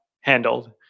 handled